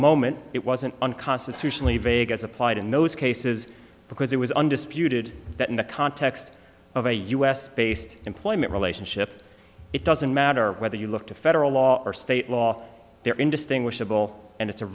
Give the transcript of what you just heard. moment it wasn't unconstitutionally vague as applied in those cases because it was undisputed that in the context of a us based employment relationship it doesn't matter whether you look to federal law or state law there are indistinguishable and it's a